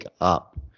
up